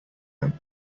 them